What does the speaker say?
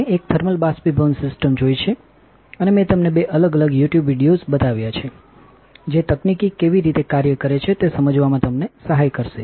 અમે એક થર્મલ બાષ્પીભવન સિસ્ટમ જોઇ છે અને મેંતમને બે અલગ અલગ YouTube વિડિઓઝબતાવી છેજે તકનીકી કેવી રીતે કાર્ય કરે છે તે સમજવામાં તમને સહાય કરશે